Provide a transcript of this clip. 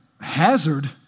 hazard